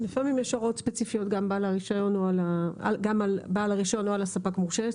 לפעמים יש הוראות ספציפיות גם על בעל הרישיון או הספק המורשה,